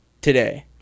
today